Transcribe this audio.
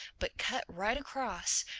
but cut right across,